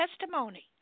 testimony